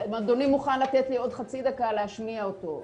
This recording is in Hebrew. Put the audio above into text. אם אדוני מוכן לתת לי עוד חצי דקה להשמיע אותו.